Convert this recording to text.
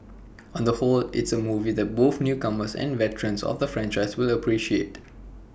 on the whole it's A movie that both newcomers and veterans of the franchise will appreciate